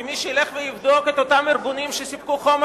כי מי שילך ויבדוק את אותם ארגונים שסיפקו חומר